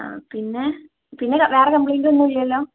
ആ പിന്നെ പിന്നെ വേറെ കംപ്ലൈയിൻറ്റൊന്നും ഇല്ലല്ലോ